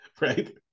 Right